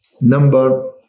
number